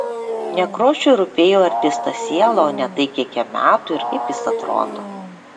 nekrošiui rūpėjo artisto siela o ne tai kiek jam metų ir kaip jis atrodo